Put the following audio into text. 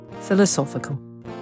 philosophical